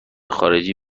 خارجی